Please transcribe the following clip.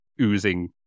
oozing